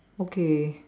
okay